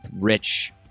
rich